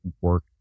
work